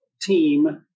team